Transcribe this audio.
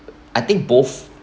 I think both